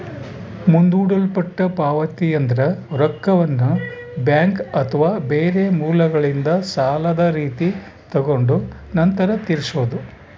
ಮುಂದೂಡಲ್ಪಟ್ಟ ಪಾವತಿಯೆಂದ್ರ ರೊಕ್ಕವನ್ನ ಬ್ಯಾಂಕ್ ಅಥವಾ ಬೇರೆ ಮೂಲಗಳಿಂದ ಸಾಲದ ರೀತಿ ತಗೊಂಡು ನಂತರ ತೀರಿಸೊದು